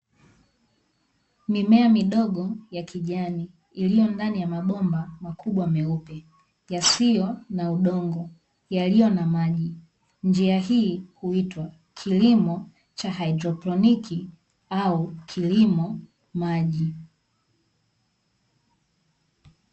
Mimea midogo ya kijani iliyo ndani ya mabomba makubwa meupe yasiyo na udongo, yaliyo na maji, njia hii huitwa kilimo cha haidroponic au kilimo maji.